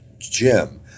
Jim